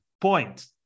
point